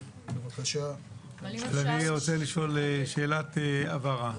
אני רוצה לשאול שאלת הבהרה.